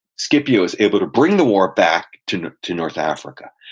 scipio is able to bring the war back to to north africa,